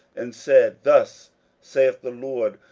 and said, thus saith the lord,